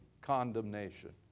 condemnation